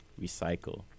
Recycle